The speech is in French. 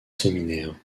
séminaire